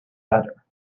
better